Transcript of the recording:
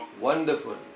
Wonderful